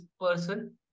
person